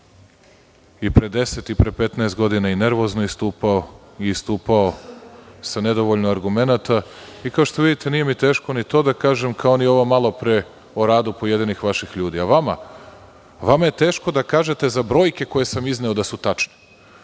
i pre 10 i pre 15 godina, i nervozno istupao i stupao sa nedovoljno argumenata. I kao što vidite nije mi teško ni to da kažem kao ni ovo malo pre o radu pojedinih vaših ljudi.A vama, vama je teško da kažete za brojke koje sam izneo da su tačne.